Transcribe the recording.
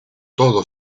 todo